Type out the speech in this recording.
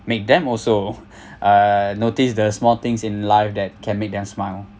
make them also uh notice the small things in life that can make them smile